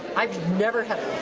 i've never had. i